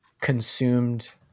consumed